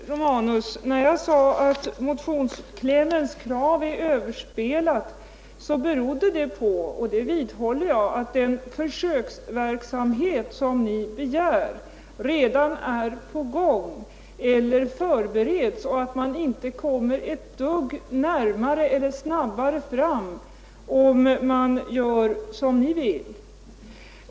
Herr talman! När jag sade att kravet i motionsklämmen är överspelat, herr Romanus, gjorde jag det därför att — och jag vidhåller det — den försöksverksamhet som ni begär redan är på gång eller förbereds, och man kommer inte ett dugg närmare lösningen eller snabbare fram om man gör som ni vill.